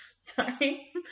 sorry